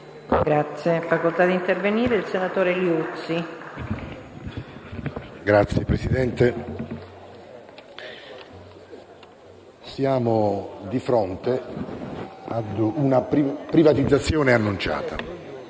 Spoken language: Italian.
siamo di fronte ad una privatizzazione annunciata: